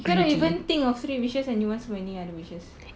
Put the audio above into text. you cannot even think of three wishes and you want so many other wishes